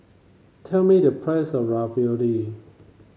tell me the price of Ravioli